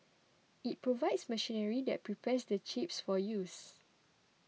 it provides machinery that prepares the chips for use